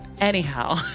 Anyhow